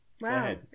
Wow